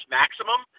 maximum